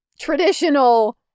traditional